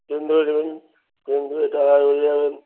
train ধরে নেবেন train